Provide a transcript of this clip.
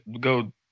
go